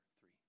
three